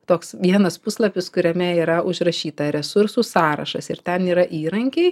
toks vienas puslapis kuriame yra užrašyta resursų sąrašas ir ten yra įrankiai